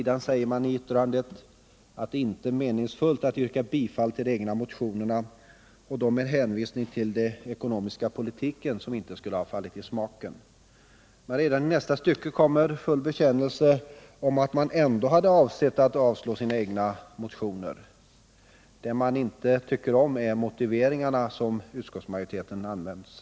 Där säger man först att det inte är meningsfullt att yrka bifall till de egna motionerna, detta då med hänvisning till den ekonomiska politiken som inte skulle ha fallit i smaken. Men redan i nästa stycke kommer full bekännelse om att man ändå hade avsett att avstyrka sina egna motioner. Det man inte tycker om är de motiveringar som utskottsmajoriteten har anfört.